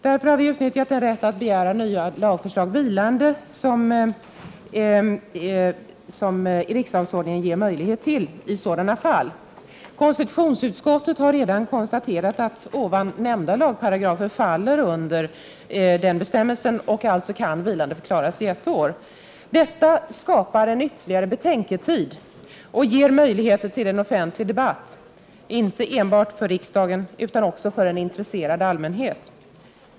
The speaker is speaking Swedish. Vi har därför utnyttjat den rätt att begära nya lagförslag vilande som regeringsformen ger möjlighet till i sådana fall. Konstitutionsutskottet har redan konstaterat att ovan nämnda lagparagrafer faller under den bestämmelsen och alltså kan vilandeförklaras i ett år. Detta skapar ytterligare betänketid och ger möjligheter till en offentlig debatt — inte enbart för riksdagen utan även för en intresserad allmänhet.